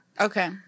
Okay